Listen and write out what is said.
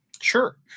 Sure